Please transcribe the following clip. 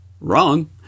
Wrong